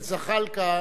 אני הבטחתי לו,